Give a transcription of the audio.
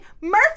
Murphy